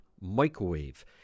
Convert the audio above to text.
microwave